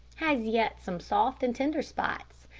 has yet some soft and tender spots,